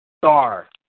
star